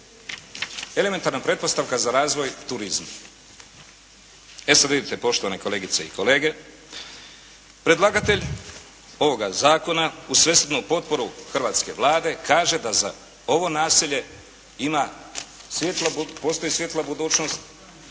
elementarna pretpostavka za razvoj turizma. E sad vidite poštovane kolegice i kolege, predlagatelj ovoga Zakona uz svesrdnu potporu hrvatske Vlade kaže da za ovo naselje ima, postoji svijetla budućnost